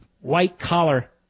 white-collar